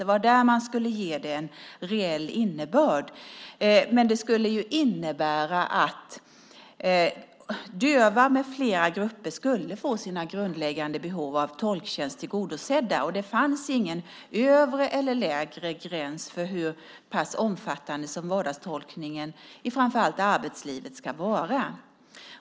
Det var där man skulle ge den en reell innebörd. Det skulle innebära att döva med flera grupper skulle få sina grundläggande behov av tolktjänster tillgodosedda, och det fanns ingen övre eller nedre gräns för hur pass omfattande vardagstolkningen i framför allt arbetslivet skulle vara.